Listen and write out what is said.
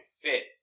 fit